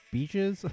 Beaches